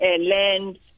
land